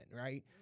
right